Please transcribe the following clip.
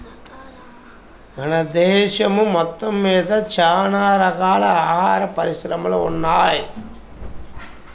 మన దేశం మొత్తమ్మీద చానా రకాల ఆహార పరిశ్రమలు ఉన్నయ్